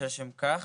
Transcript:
שלשם כך